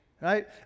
right